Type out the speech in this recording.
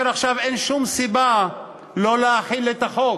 עכשיו אין שום סיבה לא להחיל את החוק,